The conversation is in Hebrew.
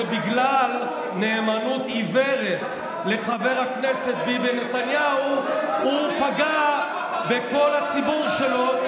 שבגלל נאמנות עיוורת לחבר הכנסת ביבי נתניהו הוא פגע בכל הציבור שלו.